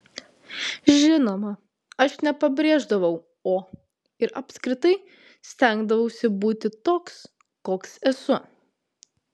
žinoma aš nepabrėždavau o ir apskritai stengdavausi būti toks koks esu